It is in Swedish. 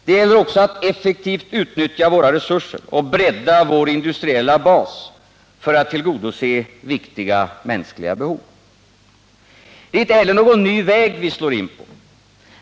Det gäller också att effektivt utnyttja våra resurser och bredda vår industriella bas för att tillgodose viktiga mänskliga behov. Det är inte heller någon ny väg vi slår in på.